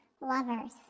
lovers